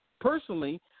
personally